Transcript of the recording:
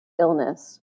illness